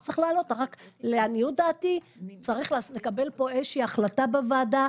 לעניות דעתי צריך לקבל פה איזושהי החלטה בוועדה,